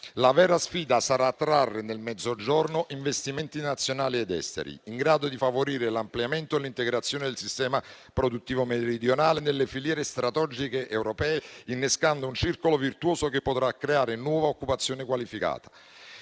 La vera sfida sarà attrarre nel Mezzogiorno investimenti nazionali ed esteri in grado di favorire l'ampliamento e l'integrazione del sistema produttivo meridionale nelle filiere strategiche europee, innescando un circolo virtuoso che potrà creare nuova occupazione qualificata.